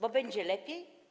Bo będzie lepiej?